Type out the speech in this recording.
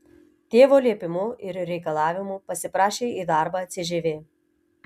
tėvo liepimu ir reikalavimu pasiprašė į darbą cžv